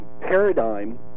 paradigm